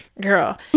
girl